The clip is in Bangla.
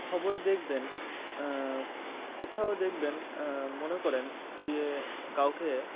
খবরে দেখবেন কোথাও দেখবেন মনে করুন কি এ কাউকে